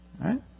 right